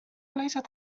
ليست